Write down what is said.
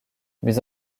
mais